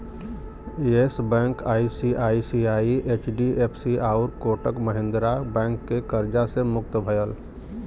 yes Bank ICICI, HDFC आउर Kotak Mahindra Bank के कर्जा से मुक्त भयल